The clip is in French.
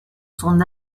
son